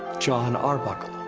jon arbuckle.